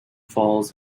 falls